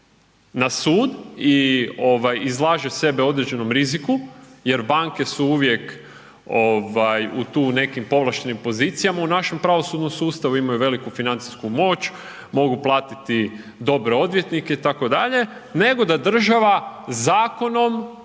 na sud i izlaže sebe određenom riziku jer banke su uvijek tu u nekim povlaštenim pozicijama, u našem pravosudnom sustavu imaju veliku financijsku moć, mogu platiti dobre odvjetnike itd., nego da država zakonom